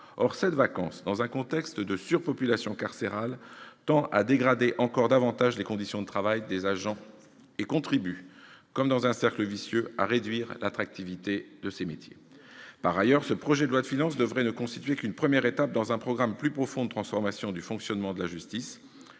Or cette vacance, dans un contexte de surpopulation carcérale, tend à dégrader encore davantage les conditions de travail des agents et contribue, comme dans un cercle vicieux, à réduire l'attractivité de ces métiers. Par ailleurs, ce projet de loi de finances devrait ne constituer qu'une première étape dans un programme plus profond de transformation du fonctionnement de la justice.